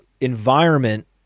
environment